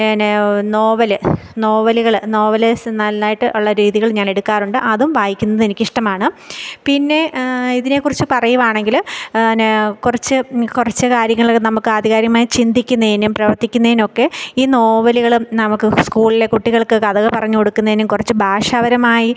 ന്നേ നോവൽ നോവലുകൾ നോവലേസ് നല്ലതായിട്ട് ഉള്ള രീതികൾ ഞാനെടുക്കാറുണ്ട് അതും വായിക്ക്ന്നദിനിക്കിഷ്ടമാണ് പിന്നെ ഇതിനേക്കുറിച്ച് പറയുവാണെങ്കില് നേ കൊറച്ച് കൊറച്ച് കാര്യങ്ങള് നമക്കാധികാരികമായി ചിന്തിക്ക്ന്നേനും പ്രവര്ത്തിക്കുന്നേനൊക്കെ ഈ നോവല്കളും നമക്ക് സ്കൂൾളെ കുട്ടികള്ക്ക് കഥകൾ പറഞ്ഞ് കൊടുക്കുന്നേനും കൊറച്ച് ഭാഷാപരമായി